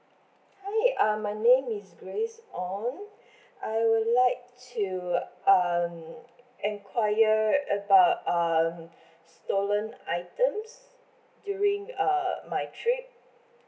hi uh my name is grace ong I would like to um enquire about um stolen items during err my trip